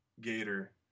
gator